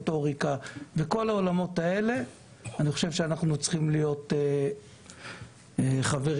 אני חושב שאנחנו צריכים להיות חברים